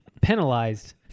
penalized